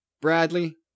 Bradley